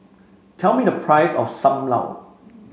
tell me the price of Sam Lau